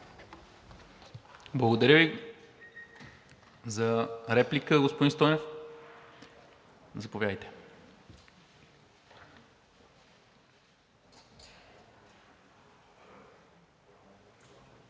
Благодаря Ви. За реплика, господин Стойнев? Заповядайте.